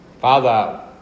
Father